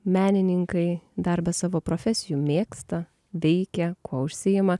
menininkai dar be savo profesijų mėgsta veikia kuo užsiima